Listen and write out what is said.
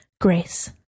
Grace